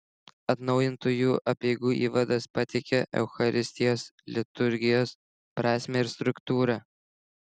atnaujintųjų apeigų įvadas pateikia eucharistijos liturgijos prasmę ir struktūrą